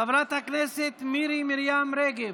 חברת הכנסת מירי מרים רגב,